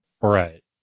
Right